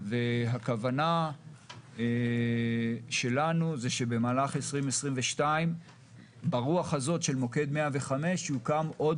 והכוונה שלנו היא שבמהלך 2022 ברוח הזאת של מוקד 105 יוקם עוד